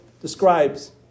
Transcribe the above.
describes